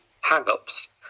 hang-ups